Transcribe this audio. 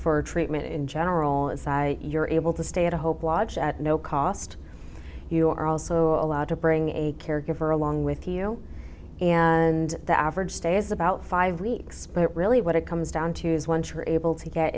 for treatment in general as i you're able to stay at home watch at no cost you are also allowed to bring a caregiver along with you and the average stay is about five weeks but really what it comes down to is one sure able to get